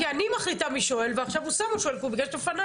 כי אני מחליטה מי שואל ועכשיו אוסאמה שואל פה כי הוא לפנייך,